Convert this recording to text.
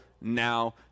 now